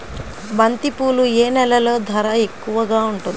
బంతిపూలు ఏ నెలలో ధర ఎక్కువగా ఉంటుంది?